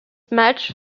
match